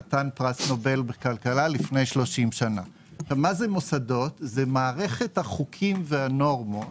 חתן פרס נובל בכלכלה לפני 30 שנה מוסדות זה מערכת החוקים והנורמות